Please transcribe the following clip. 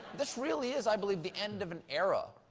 this really is, i believe, the end of an era.